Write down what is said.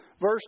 Verse